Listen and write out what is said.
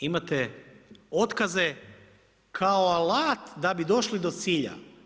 Imate otkaze kao alat da bi došli do cilja.